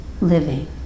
living